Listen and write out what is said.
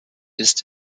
ist